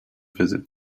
visit